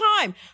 time